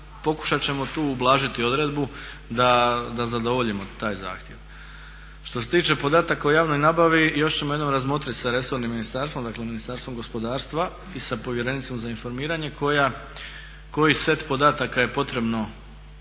pokušati ćemo tu ublažiti odredbu da zadovoljimo taj zahtjev. Što se tiče podataka o javnoj nabavi još ćemo jednom razmotriti sa resornim ministarstvom, dakle Ministarstvom gospodarstva i sa povjerenicom za informiranje koji set podataka je potrebno